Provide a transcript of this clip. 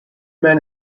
men